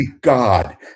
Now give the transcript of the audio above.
god